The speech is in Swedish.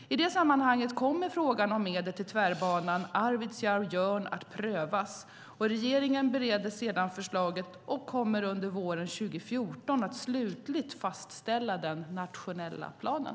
I det sammanhanget kommer frågan om medel till tvärbanan Arvidsjaur-Jörn att prövas. Regeringen bereder sedan förslaget och kommer under våren 2014 att slutligt fastställa den nationella planen.